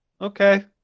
okay